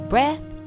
breath